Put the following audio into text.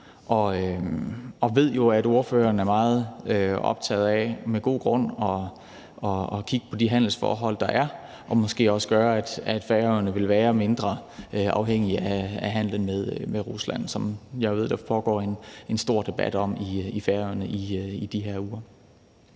med god grund er meget optaget af at kigge på de handelsforhold, der er, og måske også gøre noget, så Færøerne ville være mindre afhængige af handelen med Rusland, som jeg ved der foregår en stor debat om i Færøerne i de her uger.